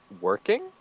working